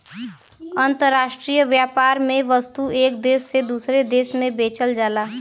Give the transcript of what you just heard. अंतराष्ट्रीय व्यापार में वस्तु एक देश से दूसरे देश में बेचल जाला